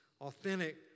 authentic